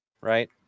right